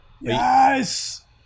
yes